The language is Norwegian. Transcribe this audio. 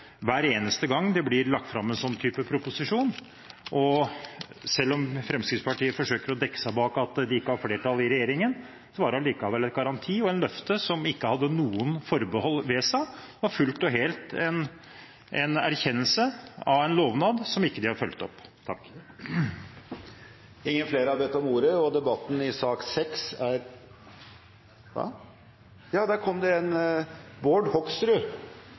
hver eneste gang det blir lagt fram en slik proposisjon. Selv om Fremskrittspartiet prøver å dekke seg bak at de ikke har flertall i regjeringen, var det likevel en garanti og et løfte som ikke hadde noen forbehold ved seg, og som var fullt og helt en erkjennelse av en lovnad som de ikke har fulgt opp. Representanten Bård Hoksrud